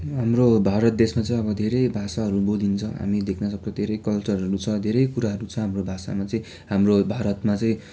हाम्रो भारत देशमा चाहिँ अब धेरै भाषाहरू बोलिन्छ हामी देख्न सक्छौँ धेरै कल्चरहरू छ धेरै कुराहरू छ हाम्रो भाषामा चाहिँ हाम्रो भारतमा चाहिँ